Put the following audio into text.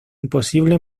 imposible